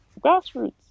grassroots